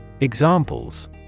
Examples